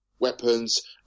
Weapons